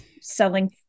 selling